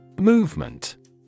Movement